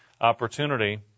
opportunity